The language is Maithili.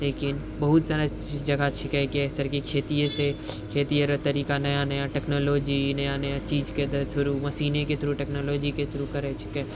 लेकिन बहुत सारा जगह छिके इस तरह कि खेतीसँ खेतीरे तरीका नया नया टेक्नोलॉजी नया नया चीजके थ्रू मशीने के थ्रू टेक्नोलॉजी के थ्रू करै छिके